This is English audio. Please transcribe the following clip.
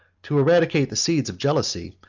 to eradicate the seeds of jealousy,